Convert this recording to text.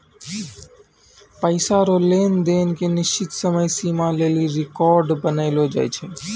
पैसा रो लेन देन के निश्चित समय सीमा लेली रेकर्ड बनैलो जाय छै